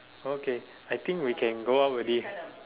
okay I think we can go out already